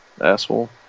asshole